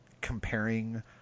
comparing